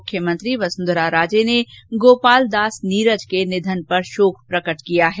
मुख्यमंत्री वसुंधरा राजे ने भी गोपालदास नीरज के निधन पर शोक प्रकट किया है